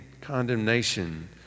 condemnation